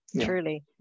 truly